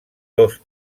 dos